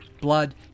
Blood